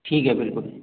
ठीक है फिर तो